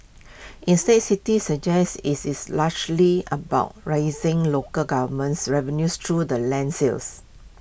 instead city suggest IT is largely about raising local governments revenues through the land sales